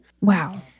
Wow